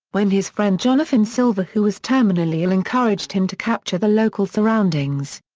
when his friend jonathan silver who was terminally ill encouraged him to capture the local surroundings.